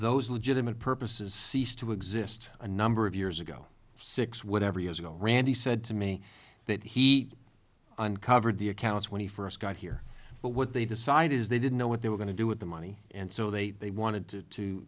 those legitimate purposes ceased to exist a number of years ago six whatever years ago randy said to me that he uncovered the accounts when he first got here but what they decided is they didn't know what they were going to do with the money and so they they wanted to